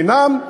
חינם?